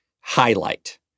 highlight